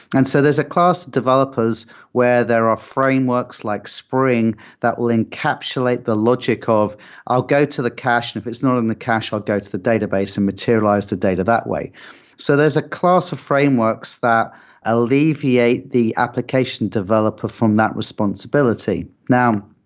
and so there's a class developers where there are frameworks like spring that will encapsulate the logic ah of i'll go to the cache, and if it's not in the cache, i'll go to the database and materialize the data that way so there's a class of frameworks that alleviate the application developer from that responsibility. now,